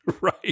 Right